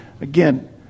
Again